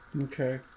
Okay